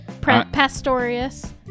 Pastorius